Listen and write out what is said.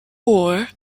oar